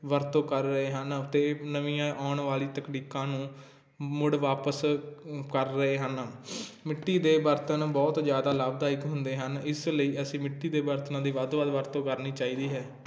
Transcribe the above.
ਵਰਤੋਂ ਕਰ ਰਹੇ ਹਨ ਅਤੇ ਨਵੀਆਂ ਆਉਣ ਵਾਲੀ ਤਕਨੀਕਾਂ ਨੂੰ ਮੁੜ ਵਾਪਸ ਕਰ ਰਹੇ ਹਨ ਮਿੱਟੀ ਦੇ ਬਰਤਨ ਬਹੁਤ ਜ਼ਿਆਦਾ ਲਾਭਦਾਇਕ ਹੁੰਦੇ ਹਨ ਇਸ ਲਈ ਅਸੀਂ ਮਿੱਟੀ ਦੇ ਬਰਤਨਾਂ ਦੀ ਵੱਧ ਤੋਂ ਵੱਧ ਵਰਤੋਂ ਕਰਨੀ ਚਾਹੀਦੀ ਹੈ